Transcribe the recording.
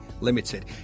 Limited